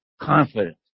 confident